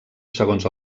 segons